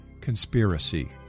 conspiracy